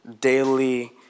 daily